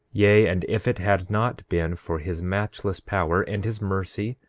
yea, and if it had not been for his matchless power, and his mercy,